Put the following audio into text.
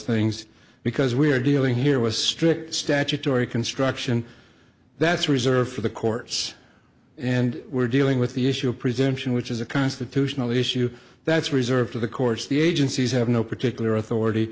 things because we're dealing here with strict statutory construction that's reserved for the courts and we're dealing with the issue of presenting which is a constitutional issue that's reserved to the course the agencies have no particular authority